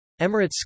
Emirates